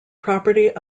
property